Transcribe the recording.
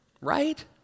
right